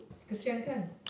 kesian kan